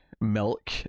milk